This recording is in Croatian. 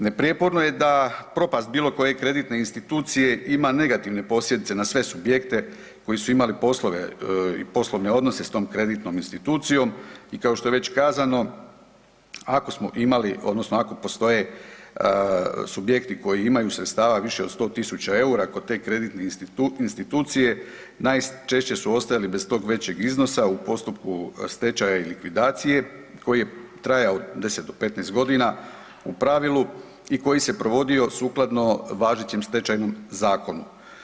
Neprijeporno je da propast bilo koje kreditne institucije ima negativne posljedice na sve subjekte koji su imali poslove i poslovne odnose s tom kreditnom institucijom i kao što je već kazano ako smo imali odnosno ako postoje subjekti koji imaju sredstava više od 100.000 eura kod te kreditne institucije, najčešće su ostali bez tog većeg iznosa u postupku stečaja i likvidacije koji je trajao 10 do 15 godina u pravilu i koji se provodio sukladno važećem Stečajnom zakonu.